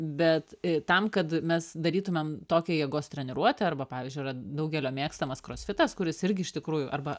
bet tam kad mes darytumėm tokią jėgos treniruotę arba pavyzdžiui yra daugelio mėgstamas krosfitas kuris irgi iš tikrųjų arba